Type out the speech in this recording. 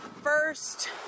first